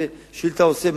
איזו שאילתא הוא מעלה,